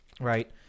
right